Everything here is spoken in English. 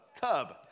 Cub